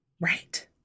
right